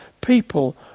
people